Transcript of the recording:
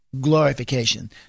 glorification